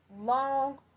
long